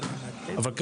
אבל,